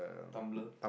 Tumblr